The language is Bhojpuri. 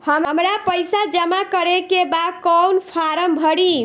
हमरा पइसा जमा करेके बा कवन फारम भरी?